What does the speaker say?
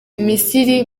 misiri